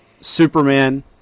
Superman